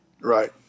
Right